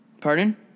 Pardon